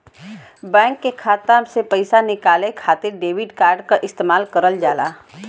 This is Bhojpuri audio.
बैंक के खाता से पइसा निकाले खातिर डेबिट कार्ड क इस्तेमाल करल जाला